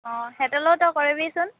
অঁ সিহঁতলৈও তই কৰিবিচোন